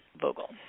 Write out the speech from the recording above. Vogel